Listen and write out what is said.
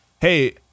hey